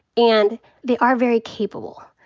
and they are very capable.